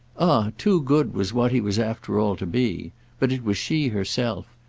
ah too good was what he was after all to be but it was she herself,